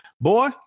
boy